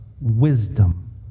wisdom